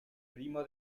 primo